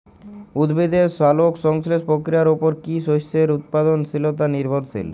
উদ্ভিদের সালোক সংশ্লেষ প্রক্রিয়ার উপর কী শস্যের উৎপাদনশীলতা নির্ভরশীল?